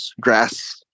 grass